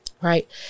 right